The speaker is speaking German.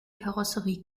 karosserie